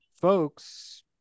folks